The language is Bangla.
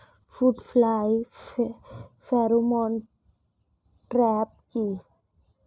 ফ্রুট ফ্লাই ফেরোমন ট্র্যাপ কি?